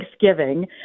Thanksgiving